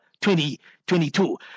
2022